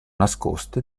nascoste